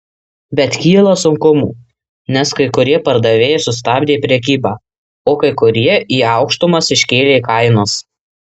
bet kyla sunkumų nes kai kurie pardavėjai sustabdė prekybą o kai kurie į aukštumas iškėlė kainas